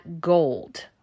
gold